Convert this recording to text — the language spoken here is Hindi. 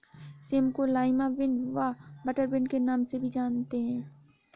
सेम को लाईमा बिन व बटरबिन के नाम से भी जानते हैं